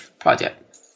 project